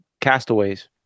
castaways